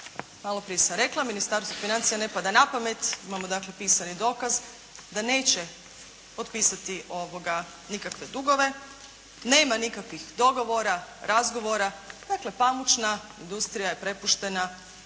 Malo prije sam rekla, Ministarstvu financija ne pada pamet, imamo dakle pisani dokaz da neće otpisati nikakve dugove, nema nikakvih dogovora, razgovora. Dakle, pamučna industrija je prepuštena